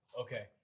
Okay